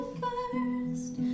first